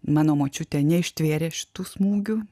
mano močiutė neištvėrė šitų smūgių